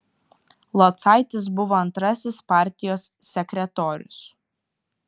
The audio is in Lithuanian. locaitis buvo antrasis partijos sekretorius